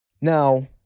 now